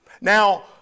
Now